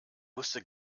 wusste